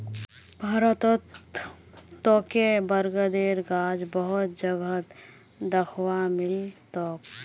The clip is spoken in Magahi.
भारतत तोके बरगदेर गाछ बहुत जगहत दख्वा मिल तोक